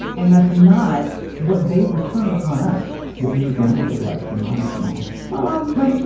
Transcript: and that's not what they returned upon us. what was your grandmother like? your mom's mom. my mom, my